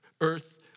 earth